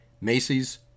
Macy's